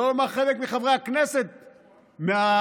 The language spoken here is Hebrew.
שלא לומר חלק מחברי הכנסת מהקואליציה,